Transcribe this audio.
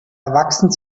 erwachsen